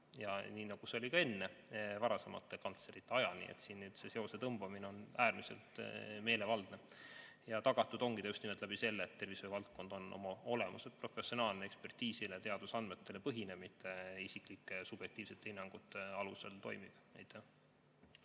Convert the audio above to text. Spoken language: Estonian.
ja nii nagu see oli enne, varasemate kantslerite ajal. Nii et siin sellise seose tõmbamine on äärmiselt meelevaldne. Tagatud ongi see just nimelt sellega, et tervishoiu valdkond on oma olemuselt professionaalne, ekspertiisidel ja teadusandmetel põhinev, mitte isiklike subjektiivsete hinnangute alusel toimiv.